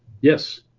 Yes